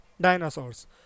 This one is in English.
dinosaurs